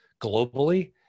globally